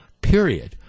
period